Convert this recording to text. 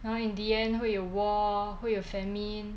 然后 in the end 会有 war 会有 famine